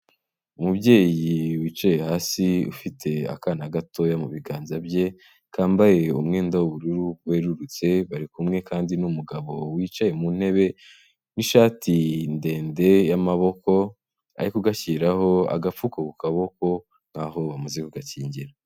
Umubyeyi wicaye hasi ufite akana gatoya mu biganza bye, kambaye umwenda w'ubururu werurutse, bari kumwe kandi n'umugabo wicaye mu ntebe w'ishati ndende y'amaboko ,ari kugashyiraho agapfuko ku kaboko kaho bamaze kugakingira.